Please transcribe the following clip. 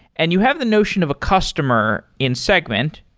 and you have the notion of a customer in segment.